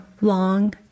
long